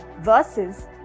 versus